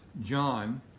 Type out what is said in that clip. John